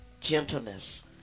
gentleness